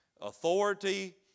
authority